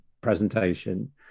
presentation